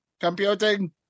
Computing